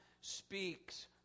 speaks